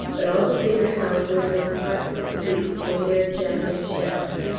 but all the bigger houses and parts of streets were mere jagged shells.